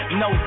no